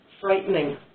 frightening